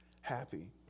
happy